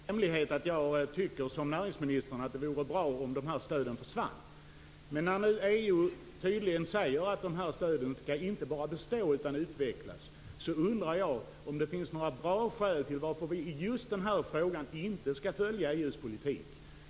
Fru talman! Det är väl ingen hemlighet att jag tycker som näringsministern att det vore bra om dessa stöd försvann. Men när man nu från EU tydligen säger att dessa stöd inte bara skall bestå utan utvecklas undrar jag om det finns några bra skäl till att vi i just denna fråga inte skall följa EU:s politik.